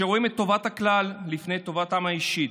שרואים את טובת הכלל לפני טובתם האישית.